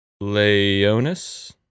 Leonis